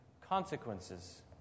consequences